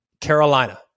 Carolina